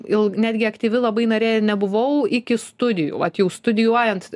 ilg netgi aktyvi labai narė nebuvau iki studijų vat jau studijuojant